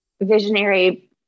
visionary